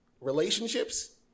relationships